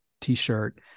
t-shirt